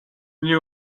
new